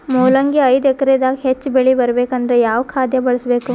ಮೊಲಂಗಿ ಐದು ಎಕರೆ ದಾಗ ಹೆಚ್ಚ ಬೆಳಿ ಬರಬೇಕು ಅಂದರ ಯಾವ ಖಾದ್ಯ ಬಳಸಬೇಕು?